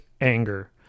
Anger